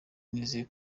nizeye